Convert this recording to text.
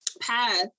path